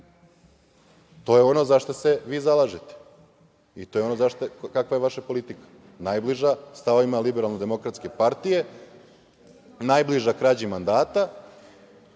To je ono za šta se vi zalažete i to je ono kakva je vaša politika - najbliža stavovima Liberalno-demokratske partije, najbliža krađi mandata. Jedina